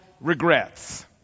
regrets